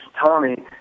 Tommy